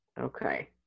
okay